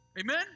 Amen